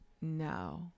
no